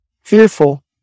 fearful